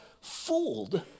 fooled